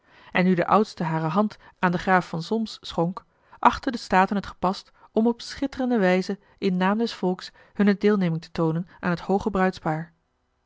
en nu de oudste hare hand aan den graaf van solms schonk achtten de staten het gepast om op schitterende wijze in naam des volks hunne deelneming te toonen aan het hooge bruidspaar